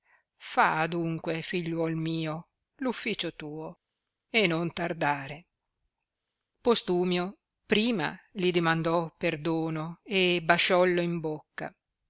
fa adunque figliuol mio l'ufficio tuo e non tardare postumio prima li dimandò perdono e basciollo in bocca